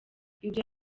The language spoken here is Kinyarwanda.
ibyo